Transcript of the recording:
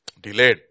Delayed